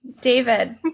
David